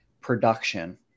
production